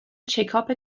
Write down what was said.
چکاپ